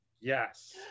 Yes